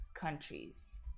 countries